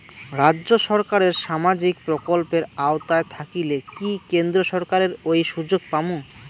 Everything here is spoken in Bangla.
রাজ্য সরকারের সামাজিক প্রকল্পের আওতায় থাকিলে কি কেন্দ্র সরকারের ওই সুযোগ পামু?